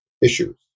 issues